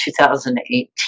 2018